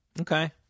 Okay